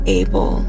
able